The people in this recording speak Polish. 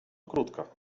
krótka